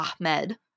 Ahmed